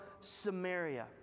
Samaria